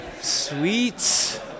Sweet